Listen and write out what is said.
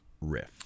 Riff